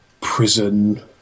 prison